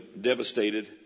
devastated